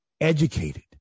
Educated